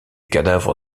cadavre